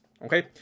Okay